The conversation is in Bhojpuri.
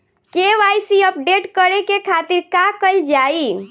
के.वाइ.सी अपडेट करे के खातिर का कइल जाइ?